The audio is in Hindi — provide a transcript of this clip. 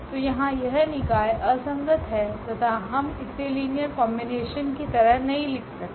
तो यहाँ यह निकाय असंगत है तथा हम इसे लीनियर कॉम्बिनेशन कि तरह नहीं लिख सकते